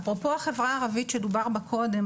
אפרופו החברה הערבית שדובר בה קודם,